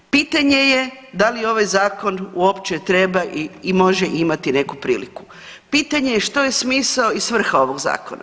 Pitanje je da li ovaj zakon uopće treba i može imati neku priliku, pitanje je što je smisao i svrha ovog zakona?